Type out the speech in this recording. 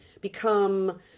become